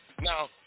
Now